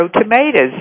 tomatoes